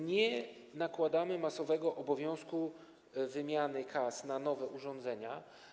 Nie nakładamy masowego obowiązku wymiany kas na nowe urządzenia.